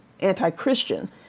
anti-Christian